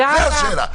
זו השאלה.